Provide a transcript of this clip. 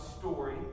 story